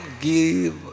give